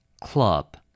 Club